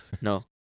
no